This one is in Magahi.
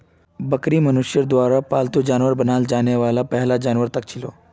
बकरी मनुष्यर द्वारा पालतू बनाल जाने वाला पहला जानवरतत छिलो